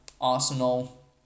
arsenal